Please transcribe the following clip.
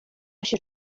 się